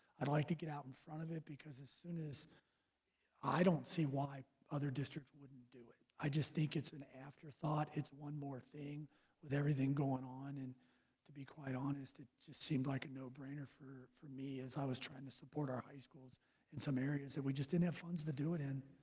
i'd like to get out in front of it because as soon as i don't see why other districts wouldn't do it. i just think it's an afterthought it's one more thing with everything going on and to be quite honest it just seemed like a no-brainer for for me as i was trying to support our high schools in some areas that we just didn't have funds to do it in